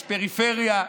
יש פריפריה.